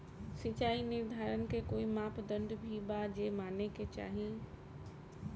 सिचाई निर्धारण के कोई मापदंड भी बा जे माने के चाही?